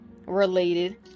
related